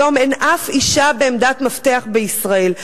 כיום אין אף אשה בעמדת מפתח בישראל.